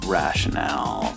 rationale